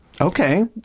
Okay